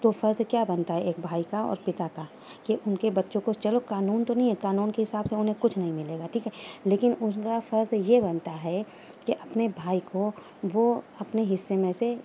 تو فرض کیا بنتا ہے ایک بھائی کا پتا کا کہ ان کے بچوں کو چلو قانون تو نہیں ہے قانون کے حساب سے انہیں کچھ نہیں ملے گا ٹھیک ہے لیکن ان کا فرض یہ بنتا ہے کہ اپنے بھائی کو وہ اپنے حصہ میں سے